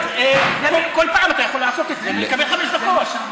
אז כל פעם אתה יכול לעשות את זה ולקבל חמש דקות.